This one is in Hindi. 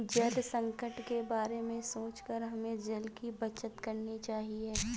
जल संकट के बारे में सोचकर हमें जल की बचत करनी चाहिए